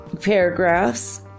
paragraphs